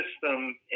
system